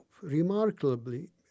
Remarkably